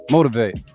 Motivate